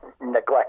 neglect